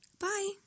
bye